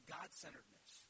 God-centeredness